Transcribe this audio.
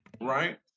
right